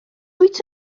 wyt